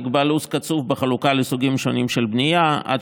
נקבע לו"ז קצוב בחלוקה לסוגים שונים של בנייה: עד